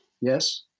Yes